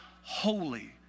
holy